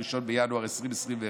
1 בינואר 2021,